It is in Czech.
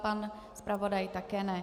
Pan zpravodaj také ne.